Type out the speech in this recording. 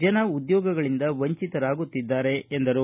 ಜನ ಉದ್ಯೋಗಗಳಿಂದ ವಂಚಿತರಾಗುತ್ತಿದ್ದಾರೆ ಎಂದರು